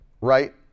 right